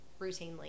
routinely